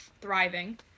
thriving